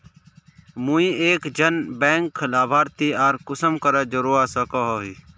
मुई एक जन बैंक लाभारती आर कुंसम करे जोड़वा सकोहो ही?